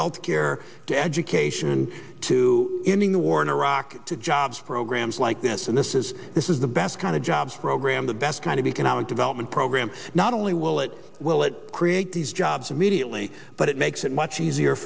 health care to education and to ending the war in iraq to jobs programs like this and this is this is the best kind of jobs program the best kind of economic development program not only will it will it create these jobs immediately but it makes it much easier